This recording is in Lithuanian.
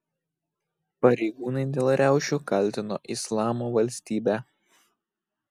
pareigūnai dėl riaušių kaltino islamo valstybę